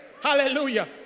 Hallelujah